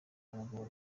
abagabo